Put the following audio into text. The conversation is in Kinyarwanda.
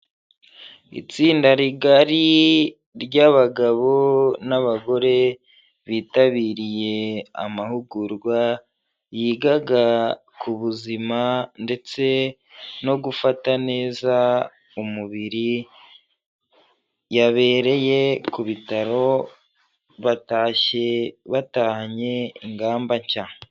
Itsinda rigari ry'abagabo n'abagore bitabiriye amahugurwa yigaga ku buzima ndetse no gufata neza umubiri, yabereye ku bitaro batashye batahanye ingamba nshya.